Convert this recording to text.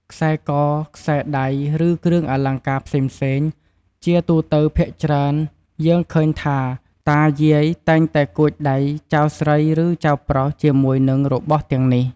ខ្សែក៏ ខ្សែដៃ ឫ គ្រឿងអលង្ការផ្សេងៗ ជាទូទៅភាគច្រើនយើងឃើញថាតា យាយតែងតែគួចដៃចៅស្រី ឫ ចៅប្រុសជាមួយនឹងរបស់ទាំងនេះ។